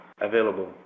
available